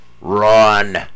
run